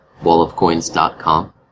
wallofcoins.com